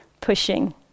pushing